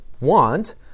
want